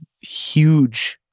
Huge